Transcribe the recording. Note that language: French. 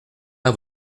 pas